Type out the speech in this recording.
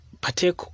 partake